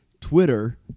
Twitter